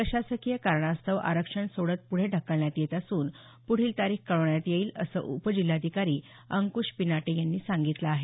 प्रशासकीय कारणास्तव आरक्षण सोडत पुढे ढकलण्यात येत असून पुढील तारीख कळवण्यात येईल असं उपजिल्हाधिकारी अंकुश पिनाटे यांनी सांगितलं आहे